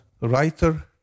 writer